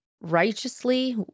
righteously